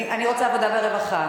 אני רוצה ועדת העבודה והרווחה.